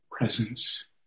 presence